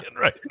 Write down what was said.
right